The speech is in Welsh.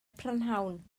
prynhawn